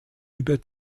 über